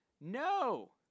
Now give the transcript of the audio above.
No